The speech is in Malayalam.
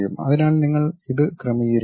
അതിനാൽ നിങ്ങൾ ഇത് ക്രമീകരിക്കണം